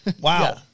wow